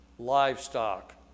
livestock